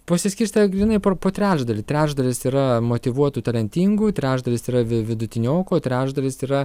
pasiskirstę grynai po trečdalį trečdalis yra motyvuotų talentingų trečdalis yra vidutiniokų o trečdalis yra